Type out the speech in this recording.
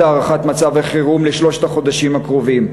הארכת מצב החירום לשלושת החודשים הקרובים.